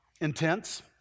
intense